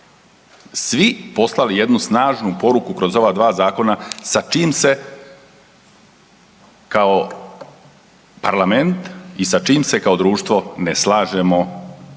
svi poslali jednu snažnu poruku kroz ova dva zakona sa čim se kao parlament i sa čim se kao društvo ne slažemo